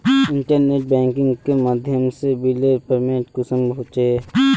Internet banking के माध्यम से बिलेर पेमेंट कुंसम होचे?